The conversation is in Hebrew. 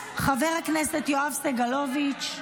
חבר הכנסת יואב סגלוביץ'